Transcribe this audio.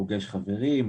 פוגש חברים,